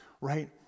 right